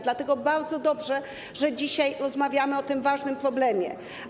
Dlatego bardzo dobrze, że dzisiaj rozmawiamy o tym ważnym problemie.